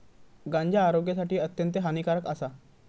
गांजा आरोग्यासाठी अत्यंत हानिकारक आसा